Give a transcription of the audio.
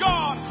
God